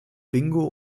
bingo